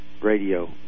radio